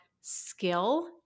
skill